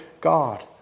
God